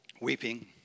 weeping